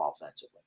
offensively